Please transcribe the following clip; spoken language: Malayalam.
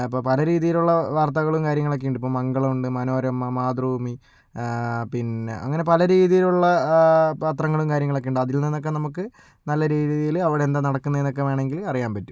അപ്പം പല രീതിയിലുള്ള വാർത്തകളും കാര്യങ്ങളൊക്കെ ഉണ്ട് ഇപ്പം മംഗളം ഉണ്ട് മനോരമ മാതൃഭൂമി പിന്നെ അങ്ങനെ പല രീതിയിലുള്ള പത്രങ്ങളും കാര്യങ്ങളൊക്കെ ഉണ്ട് അതിൽ നിന്നൊക്കെ നമുക്ക് നല്ല രീതിയിൽ അവിടെ എന്താ നടക്കുന്നതെന്നൊക്കെ വേണമെങ്കിൽ അറിയാൻ പറ്റും